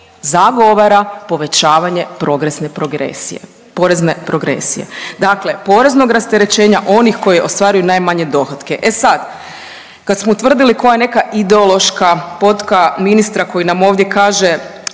zagovara povećavanje progresne progresije, porezne progresije. Dakle poreznog rasterećenja onih koji ostvaruju najmanje dohotke, e sad, kad smo utvrdili koja je neka ideološka potka ministra koji nam ovdje kaže,